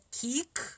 kick